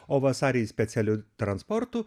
o vasarį specialiu transportu